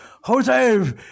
Jose